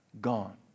gone